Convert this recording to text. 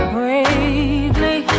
Bravely